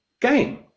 game